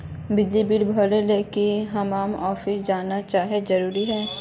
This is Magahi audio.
बिजली बिल भरे ले की हम्मर ऑफिस जाना है जरूरी है?